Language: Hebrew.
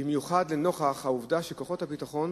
במיוחד לנוכח העובדה שכוחות הביטחון